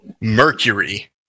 mercury